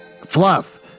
Fluff